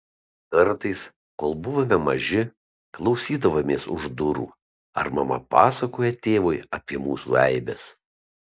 kartais kol buvome maži klausydavomės už durų ar mama pasakoja tėvui apie mūsų eibes